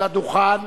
לדוכן